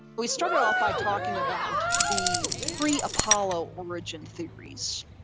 we started off by talking about the pre-apollo origin theories,